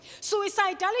Suicidality